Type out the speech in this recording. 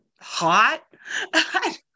hot